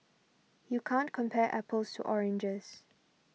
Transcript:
you can't compare apples to oranges